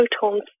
photons